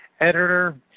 editor